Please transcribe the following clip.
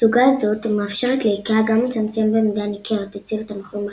תצוגה זו מאפשרת לאיקאה גם לצמצם במידה ניכרת את צוות המוכרים בחנות,